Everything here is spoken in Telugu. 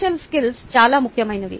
సోషల్ స్కిల్స్ చాలా ముఖ్యమైనవి